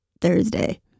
Thursday